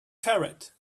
ferret